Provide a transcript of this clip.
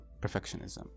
perfectionism